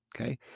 Okay